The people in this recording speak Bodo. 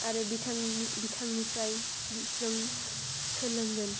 आरो बिथांनिफ्राय जों सोलोंगोन